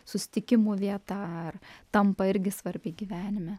susitikimų vieta ar tampa irgi svarbi gyvenime